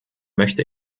möchte